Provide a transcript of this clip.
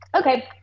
okay